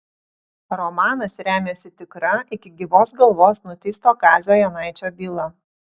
romanas remiasi tikra iki gyvos galvos nuteisto kazio jonaičio byla